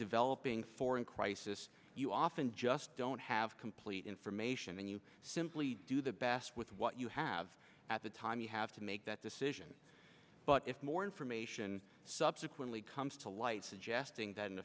developing foreign crisis you often just don't have complete information and you simply do the best with what you have at the time you have to make that decision but if more information subsequently comes to light suggesting that an